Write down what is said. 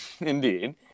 Indeed